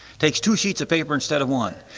takes two sheets of paper instead of one.